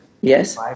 Yes